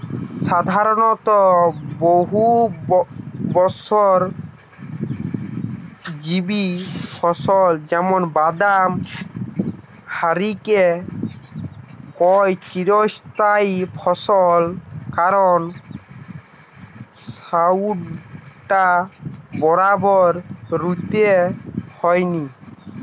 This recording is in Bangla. সাধারণত বহুবর্ষজীবী ফসল যেমন বাদাম হারিকে কয় চিরস্থায়ী ফসল কারণ সউটা বারবার রুইতে হয়নি